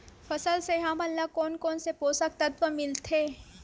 फसल से हमन ला कोन कोन से पोषक तत्व मिलथे?